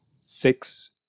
Six